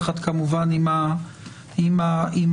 כמובן יחד עם הממשלה.